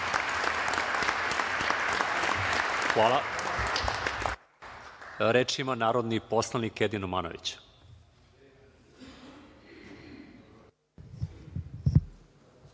Hvala. Reč ima narodni poslanik Edin Numanović.